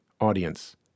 audience